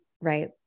Right